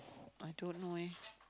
I don't know eh